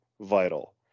vital